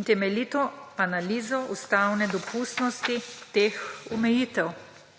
in temeljito analizo ustavne dopustnosti teh omejitev.